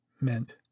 meant